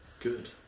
good